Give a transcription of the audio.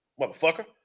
Motherfucker